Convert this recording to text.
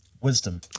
wisdom